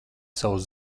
savus